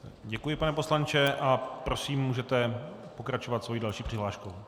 Děkuji, pane poslanče, a prosím, můžete pokračovat svou další přihláškou.